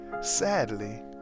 Sadly